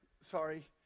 sorry